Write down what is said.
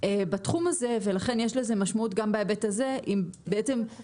בתחום הזה ולכן יש לזה משמעות גם בהיבט הזה אם "ייפלו"